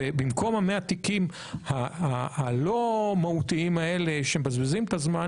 ובמקום 100 תיקים הלא מהותיים האלה שמבזבזים את הזמן,